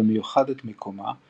במיוחד את מיקומה,